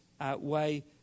outweigh